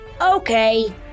Okay